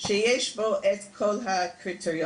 שיש בו את כל הקריטריונים,